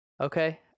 Okay